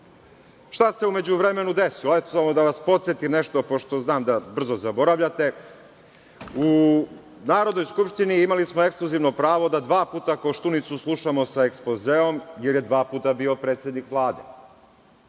se u međuvremenu desilo? Da vas podsetim nešto, pošto znam da brzo zaboravljate. U Narodnoj skupštini imali smo ekskluzivno pravo da dva puta Koštunicu slušamo sa ekspozeom, jer je dva puta bio predsednik Vlade.